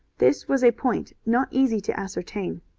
this was a point not easy to ascertain.